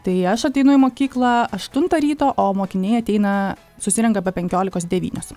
tai aš ateinu į mokyklą aštuntą ryto o mokiniai ateina susirenka be penkiolikos devynios